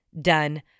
done